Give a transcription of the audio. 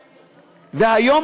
והיום,